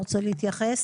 אתה רוצה להתייחס?